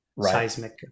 seismic